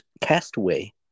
Castaway